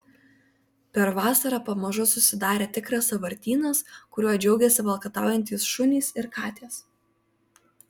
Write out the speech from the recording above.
per vasarą pamažu susidarė tikras sąvartynas kuriuo džiaugėsi valkataujantys šunys ir katės